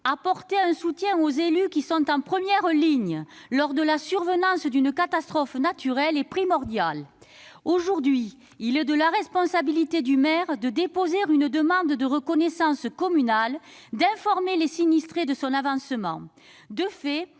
apporter un soutien aux élus qui sont en première ligne lors de la survenance d'un tel événement est primordial. Aujourd'hui, il est de la responsabilité du maire de déposer une demande de reconnaissance communale et d'informer les sinistrés de son avancement. De fait,